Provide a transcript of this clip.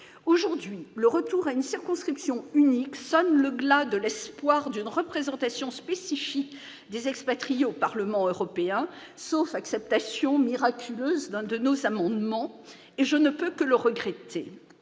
Aujourd'hui, le retour à une circonscription unique sonne le glas de l'espoir d'une représentation spécifique des expatriés au Parlement européen- sauf acceptation miraculeuse de l'un de nos amendements. Je ne peux que le regretter